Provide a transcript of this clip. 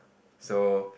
so